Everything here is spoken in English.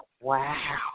Wow